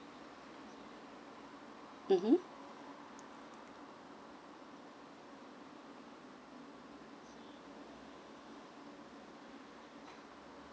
mmhmm